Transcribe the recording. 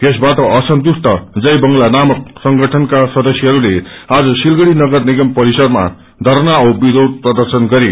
यसबाट असन्तुष्ट जय बंगला नामक संगठनका सदस्यहरूले आज सिलगड़ी नगर निगम परिसरमा धरना औ विरोष प्रदशन गरे